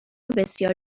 بسیار